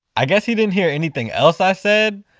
i guess he didn't hear anything else i said,